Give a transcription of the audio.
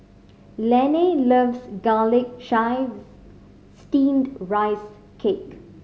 Laney loves Garlic Chives Steamed Rice Cake